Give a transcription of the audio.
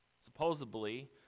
supposedly